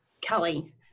Kelly